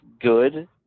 good